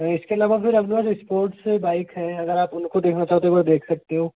इसके अलावा फिर अपने पास स्पोर्ट्स बाइक हैं अगर आप उनको देखना चाहो तो एक बार देख सकते हो